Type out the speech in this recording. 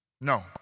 No